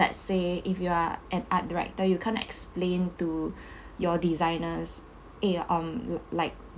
let's say if you are an art director you can't explain to your designers eh um l~ like